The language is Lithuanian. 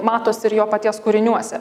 matosi ir jo paties kūriniuose